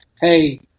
Hey